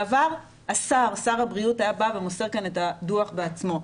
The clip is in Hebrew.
בעבר שר הבריאות היה בא ומוסר כאן את הדו"ח בעצמו.